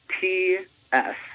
T-S